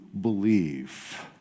believe